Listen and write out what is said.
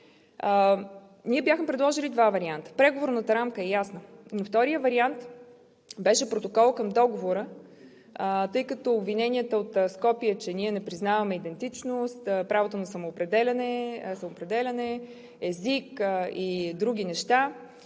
Ние бяхме предложили два варианта. Преговорната рамка е ясна. Но вторият вариант беше протокол към Договора, тъй като обвиненията от Скопие, че ние не признаваме идентичност, правото на самоопределяне, език и други неща